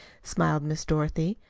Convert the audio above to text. smiled miss dorothy.